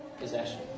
possession